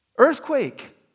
Earthquake